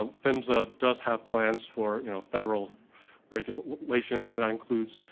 ah phmsa does have plans for you know federal regulations and that includes